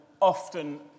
often